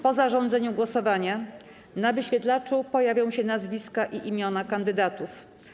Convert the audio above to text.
Po zarządzeniu głosowania na wyświetlaczu pojawią się nazwiska i imiona kandydatów.